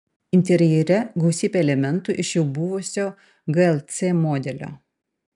interjere gausybė elementų iš jau buvusio glc modelio